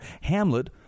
Hamlet